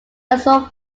escort